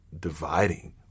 dividing